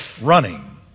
running